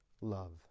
love